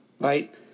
right